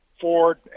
Ford